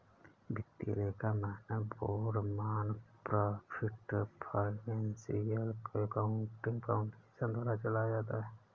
वित्तीय लेखा मानक board nonprofit financial accounting foundation द्वारा चलाया जाता है